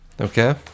Okay